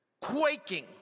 quaking